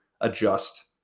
adjust